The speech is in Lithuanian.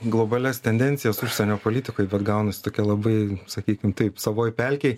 globalias tendencijas užsienio politikoj bet gaunasi tokia labai sakykim taip savoj pelkėj